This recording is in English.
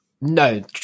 no